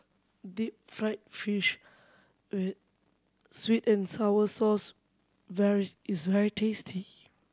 deep fried fish with sweet and sour sauce very is very tasty